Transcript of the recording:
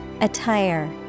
Attire